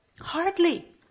Hardly